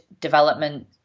development